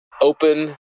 open